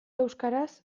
euskaraz